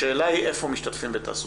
השאלה היא איפה משתתפים בתעסוקה,